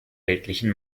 weltlichen